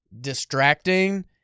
distracting